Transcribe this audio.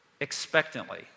expectantly